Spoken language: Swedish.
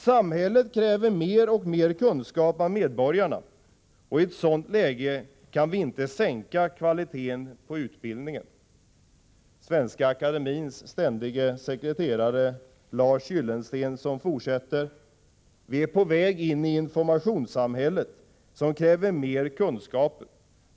”Samhället kräver mer och mer kunskap av medborgarna och i ett sådant läge kan vi inte sänka kvaliteten på utbildningen ——-.” säger Svenska akademiens ständige sekreterare Lars Gyllensten. Lars Gyllensten fortsätter: ”Vi är på väg in i informationssamhället, som kräver mer kunskaper.